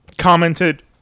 commented